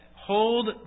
hold